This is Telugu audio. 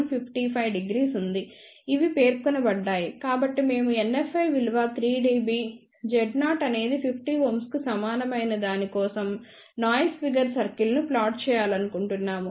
ఇవి పేర్కొనబడ్డాయి కాబట్టి మేము NFi విలువ 3 dB Z0 అనేది 50 Ω కు సమానమైనదాని కోసం నాయిస్ ఫిగర్ సర్కిల్ను ప్లాట్ చేయాలనుకుంటున్నాము